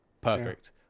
perfect